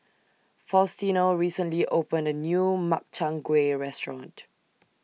Faustino recently opened A New Makchang Gui Restaurant